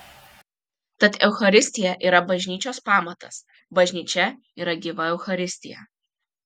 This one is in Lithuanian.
tad eucharistija yra bažnyčios pamatas bažnyčia yra gyva eucharistija